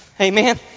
Amen